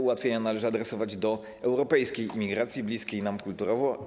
Ułatwienia należy adresować do europejskiej imigracji bliskiej nam kulturowo.